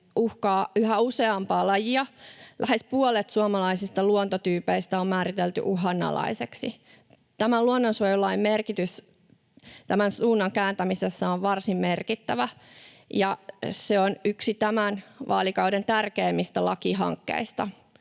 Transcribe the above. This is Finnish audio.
uhkaa yhä useampaa lajia ja lähes puolet suomalaisista luontotyypeistä on määritelty uhanalaiseksi, on tämän suunnan kääntämisessä varsin merkittävä. Se on yksi tämän vaalikauden tärkeimmistä lakihankkeista